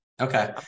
Okay